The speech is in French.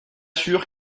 sûr